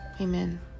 Amen